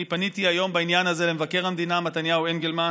אני פניתי היום בעניין הזה למבקר המדינה מתניהו אנגלמן